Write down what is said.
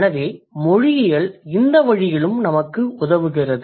எனவே மொழியியல் இந்த வழியிலும் நமக்கு உதவுகிறது